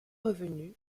revenue